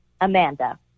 Amanda